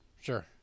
Sure